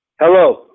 Hello